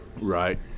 Right